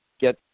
get